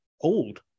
old